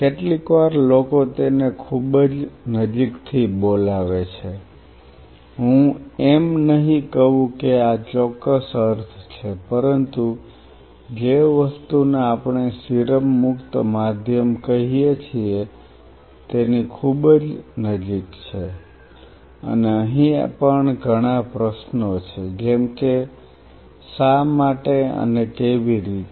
કેટલીકવાર લોકો તેને ખૂબ નજીકથી બોલાવે છે હું એમ નહીં કહું કે આ ચોક્કસ અર્થ છે પરંતુ જે વસ્તુને આપણે સીરમ મુક્ત માધ્યમ કહીએ છીએ તેની ખૂબ નજીક છે અને અહીં પણ ઘણા પ્રશ્નો છે જેમ કે શા માટે અને કેવી રીતે